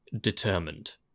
determined